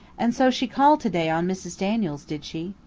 and so she called to-day on mrs. daniels, did she.